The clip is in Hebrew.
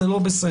זה לא בסדר.